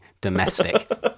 domestic